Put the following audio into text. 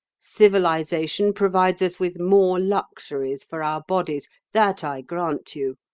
civilisation provides us with more luxuries for our bodies. that i grant you.